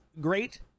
great